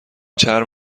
چرم